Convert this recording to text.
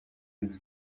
his